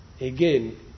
again